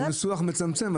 זה ניסוח מצמצם.